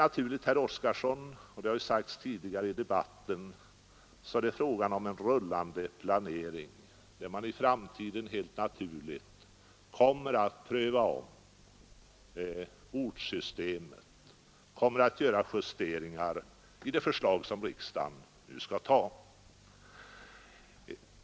Ja, herr Oskarson, som framhållits tidigare i debatten är det fråga om en rullande planering, där man i framtiden naturligtvis kommer att ompröva ortssystem och vidta justeringar i de förslag som riksdagen nu skall anta.